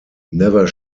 never